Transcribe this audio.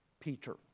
Peter